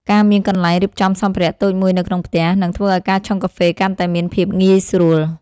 ការមានកន្លែងរៀបចំសម្ភារៈតូចមួយនៅក្នុងផ្ទះ នឹងធ្វើឱ្យការឆុងកាហ្វេកាន់តែមានភាពងាយស្រួល។